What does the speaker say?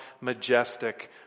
majestic